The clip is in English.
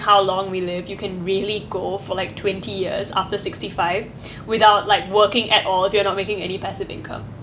how long we live you can really go for like twenty years after sixty five without like working at all if you are not making any passive income